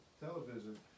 television